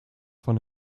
von